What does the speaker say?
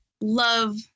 love